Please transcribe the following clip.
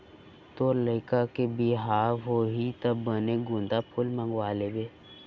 तोर लइका के बिहाव होही त बने गोंदा फूल मंगवा लेबे